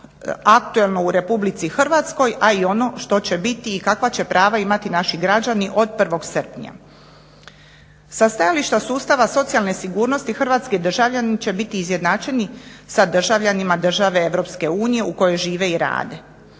aktualno u RH a i ono što će biti i kakva će prava imati naši građani od 1. srpnja. Sa stajališta sustava socijalne sigurnosti hrvatski državljani će biti izjednačeni sa državljanima države EU u kojoj žive i rade.